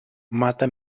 mata